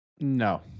No